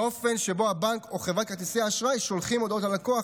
לאופן שבו הבנק או חברת כרטיסי האשראי שולחים הודעות ללקוח,